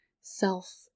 self